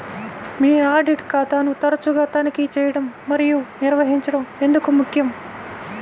మీ audit ఖాతాను తరచుగా తనిఖీ చేయడం మరియు నిర్వహించడం ఎందుకు ముఖ్యం?